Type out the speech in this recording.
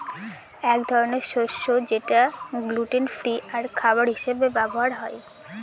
এক ধরনের শস্য যেটা গ্লুটেন ফ্রি আর খাবার হিসাবে ব্যবহার হয়